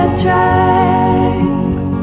tracks